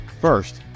First